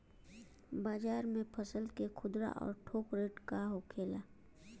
बाजार में फसल के खुदरा और थोक रेट का होखेला?